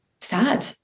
sad